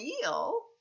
feel